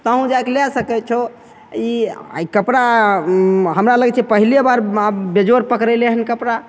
तहुँ जाके लए सकय छहो ई आओर ई कपड़ा हमरा लगय छै पहिले बार पकड़े लै हन कपड़ा